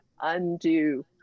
undo